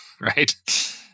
right